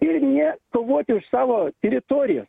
ir ne kovoti už savo teritoriją